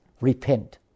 repent